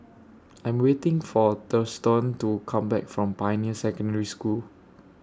I Am waiting For Thurston to Come Back from Pioneer Secondary School